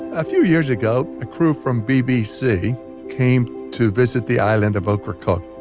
a few years ago a crew from bbc came to visit the island of ocracoke.